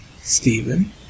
Stephen